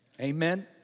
Amen